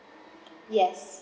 yes